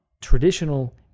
traditional